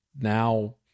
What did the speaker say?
now